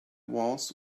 was